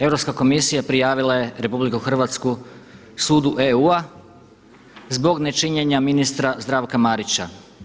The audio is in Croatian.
Europska komisija prijavila je RH sudu EU-a zbog nečinjenja ministra Zdravka Marića.